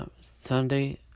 Sunday